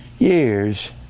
Years